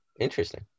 interesting